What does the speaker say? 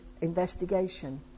investigation